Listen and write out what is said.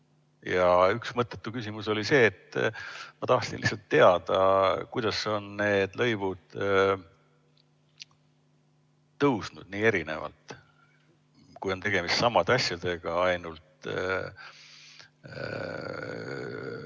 Üks mõttetu küsimus oli see, et ma tahtsin lihtsalt teada, kuidas on need lõivud tõusnud nii erinevalt, kui on tegemist samade asjadega, ainult